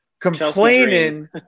complaining